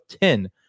ten